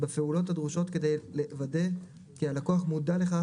בפעולות הדרושות כדי לוודא כי הלקוח מודע לכך